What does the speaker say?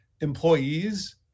employees